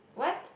what